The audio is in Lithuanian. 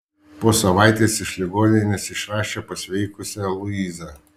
po savaitės iš ligoninės išrašė pasveikusią luizą